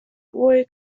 boy